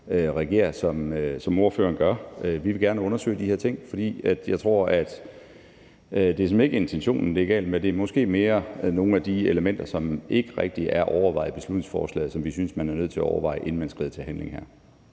reagerer, som ordføreren gør. Vi vil gerne undersøge de her ting, for jeg tror såmænd ikke, at det er intentionen, den er gal med. Det er mere nogle af de elementer, som man ikke rigtig har overvejet i beslutningsforslaget, og som vi synes at man er nødt til at overveje, inden man skrider til handling her.